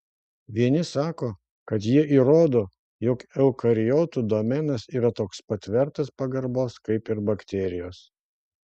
vieni sako kad jie įrodo jog eukariotų domenas yra toks pat vertas pagarbos kaip ir bakterijos